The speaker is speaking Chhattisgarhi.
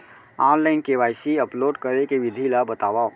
ऑनलाइन के.वाई.सी अपलोड करे के विधि ला बतावव?